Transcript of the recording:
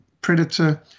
predator